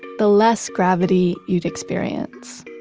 the less gravity you'd experience.